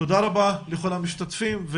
תודה רבה לכל המשתתפים.